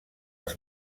els